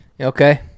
Okay